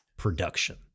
Production